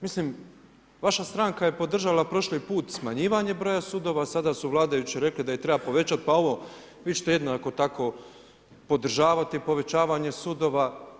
Mislim vaša stranka je podržala prošli put smanjivanje broja sudova, sada su vladajući rekli da ih treba povećati, pa ovo vi ćete jednako tako podržavati povećanje sudova.